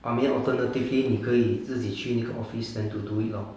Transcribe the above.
I mean alternatively 你可以自己去那个 office there to do it lor